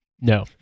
No